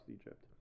Egypt